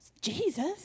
Jesus